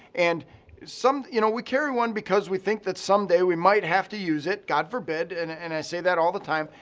and you know we carry one because we think that someday we might have to use it, god forbid. and and i say that all the time,